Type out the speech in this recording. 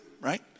right